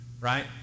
Right